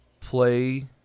play